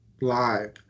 live